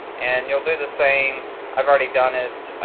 and you'll do the same i've already done it